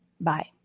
Bye